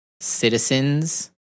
citizens